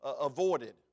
avoided